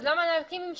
אז למה להקים ממשקים?